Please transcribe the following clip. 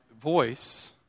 voice